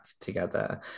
together